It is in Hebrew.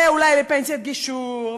ואולי לפנסיית גישור,